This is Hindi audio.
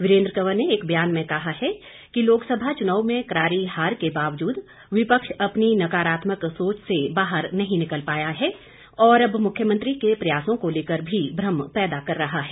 वीरेंद्र कंवर ने एक ब्यान में कहा है कि लोकसभा चुनाव में करारी हार के बावजूद विपक्ष अपनी नाकारात्मक सोच से बाहर नहीं निकल पाया है और अब मुख्यमंत्री के प्रयासों को लेकर भी भ्रम पैदा कर रहा है